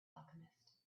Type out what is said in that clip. alchemist